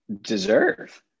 deserve